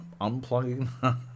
unplugging